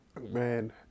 Man